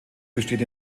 besteht